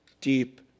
Deep